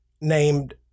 named